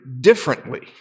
differently